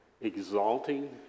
exalting